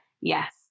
yes